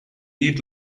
eat